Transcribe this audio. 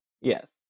Yes